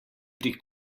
pri